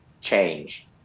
change